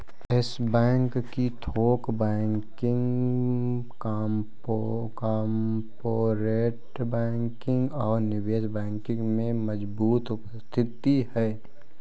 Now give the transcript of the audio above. yes Bank की थोक banking, corporate banking और निवेश बैंकिंग में मजबूत उपस्थिति है